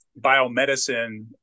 biomedicine